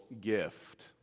gift